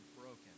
broken